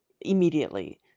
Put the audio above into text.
immediately